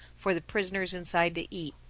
for the prisoners inside to eat.